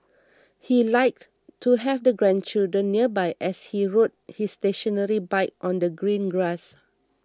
he liked to have the grandchildren nearby as he rode his stationary bike on the green grass